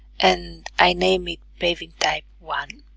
and i name it paving type one